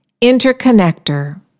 Interconnector